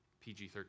PG-13